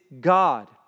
God